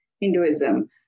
Hinduism